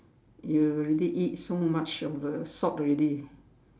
you really eat so much of the salt already